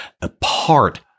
apart